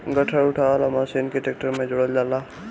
गट्ठर उठावे वाला मशीन के ट्रैक्टर में जोड़ल जाला